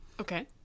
Okay